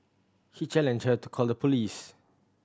he challenged her to call the police